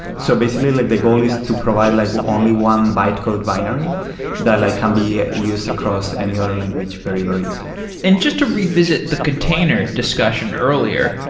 so basically, like the goal is to provide like only one byte code binary that like can be used across any other language very, very easily and just to revisit the container discussion earlier,